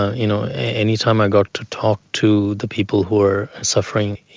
you know any time i got to talk to the people who were suffering,